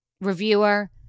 reviewer